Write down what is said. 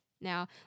Now